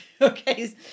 Okay